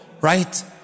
Right